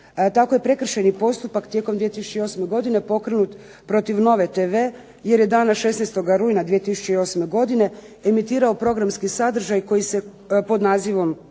Tako je prekršajni postupak tijekom 2008. godine pokrenut protiv Nove TV jer je dana 16. rujna 2008. godine emitirao programski sadržaj pod nazivom